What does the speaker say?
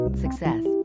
Success